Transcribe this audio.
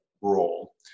role